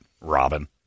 Robin